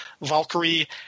Valkyrie